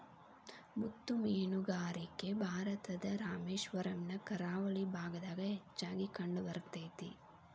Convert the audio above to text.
ಮುತ್ತು ಮೇನುಗಾರಿಕೆ ಭಾರತದ ರಾಮೇಶ್ವರಮ್ ನ ಕರಾವಳಿ ಭಾಗದಾಗ ಹೆಚ್ಚಾಗಿ ಕಂಡಬರ್ತೇತಿ